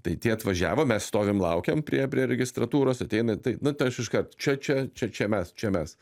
tai tie atvažiavo mes stovim laukiam prie prie registratūros ateina tai nu tai aš iškart čia čia čia čia mes čia mes